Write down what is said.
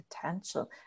potential